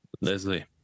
Leslie